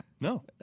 No